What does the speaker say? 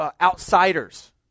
outsiders